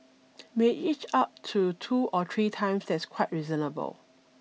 may inch up to two or three times that's quite reasonable